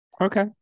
Okay